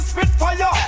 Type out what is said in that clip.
Spitfire